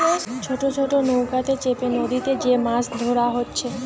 ছোট ছোট নৌকাতে চেপে নদীতে যে মাছ ধোরা হচ্ছে